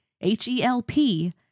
H-E-L-P